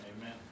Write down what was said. Amen